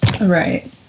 right